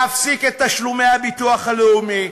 להפסיק את תשלומי הביטוח הלאומי,